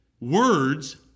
words